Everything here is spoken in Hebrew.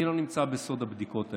אני לא נמצא בסוד הבדיקות האלה,